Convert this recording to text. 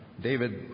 David